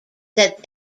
that